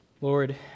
Lord